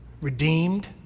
redeemed